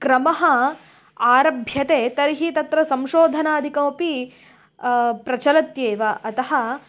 क्रमः आरभ्यते तर्हि तत्र संशोधनादिकमपि प्रचलत्येव अतः